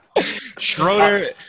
schroeder